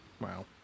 Wow